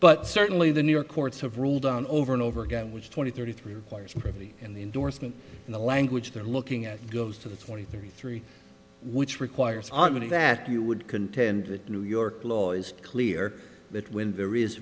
but certainly the new york courts have ruled on over and over again which twenty thirty three requires pretty in the endorsement in the language they're looking at goes to the twenty three which requires our money that you would contend that new york law is clear that when there is